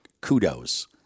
kudos